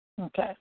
Okay